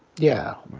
yeah.